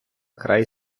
край